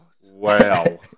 Wow